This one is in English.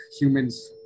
humans